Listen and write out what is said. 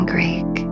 Greek